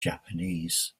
japanese